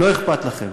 לא אכפת לכם.